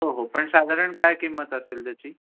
हो हो पण साधारण काय किंमत असेल त्याची